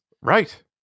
right